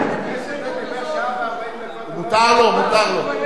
מקבל שעה ו-40 דקות, מותר לו, מותר לו.